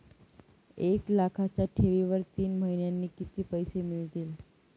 एक लाखाच्या ठेवीवर तीन महिन्यांनी किती पैसे मिळतील?